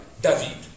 David